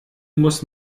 muss